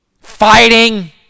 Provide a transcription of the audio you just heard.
fighting